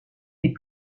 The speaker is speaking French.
les